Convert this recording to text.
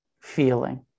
feeling